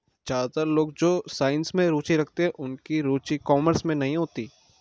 ज्यादातर लोग जो साइंस में रुचि रखते हैं उनकी रुचि कॉमर्स में नहीं होती